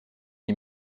une